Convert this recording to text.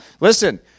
listen